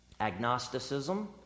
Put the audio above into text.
agnosticism